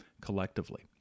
collectively